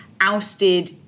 ousted